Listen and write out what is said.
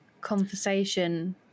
conversation